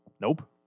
nope